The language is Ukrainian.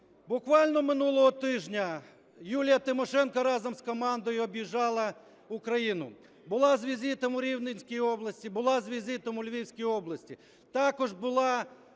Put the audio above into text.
Буквально минулого тижня Юлія Тимошенко разом з командою об'їжджала Україну. Була з візитом у Рівненській області, була з візитом у Львівській області.